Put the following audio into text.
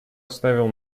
оставил